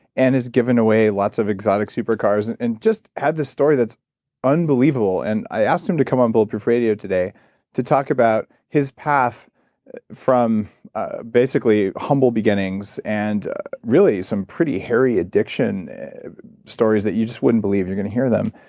and has given away lots of exotic super cars and and just had this story that's unbelievable. and i asked him to come on bulletproof radio today to talk about his path from basically humble beginnings and really some pretty hairy addiction stories that you just wouldn't believe you're going to hear them.